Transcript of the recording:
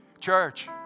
Church